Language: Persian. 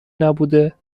نبوده